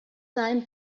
sajan